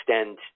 extend